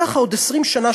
ככה עוד 20 שנה,